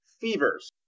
fevers